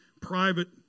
private